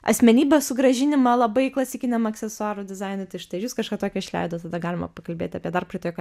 asmenybės sugrąžinimą labai klasikiniam aksesuarų dizainui tai štai ir jūs kažką tokio išleidot tada galima pakalbėt apie dar praeitoje kol